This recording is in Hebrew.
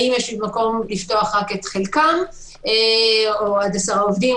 האם יש מקום לפתוח את חלקם או עד עשרה עובדים,